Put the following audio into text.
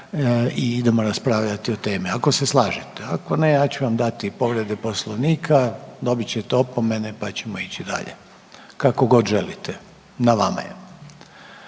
i idemo raspravljati o temi, ako se slažete, ako ne, ja ću vam dati povrede Poslovnika, dobit ćete opomene, pa ćemo ići dalje. Kako god želite. Na vama je.